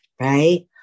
right